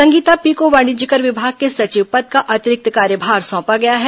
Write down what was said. Sangeeta P को वाणिज्यकर विभाग के सचिव पद का अतिरिक्त कार्यभार सौंपा गया है